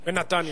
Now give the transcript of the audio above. בנתניה.